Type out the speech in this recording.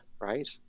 right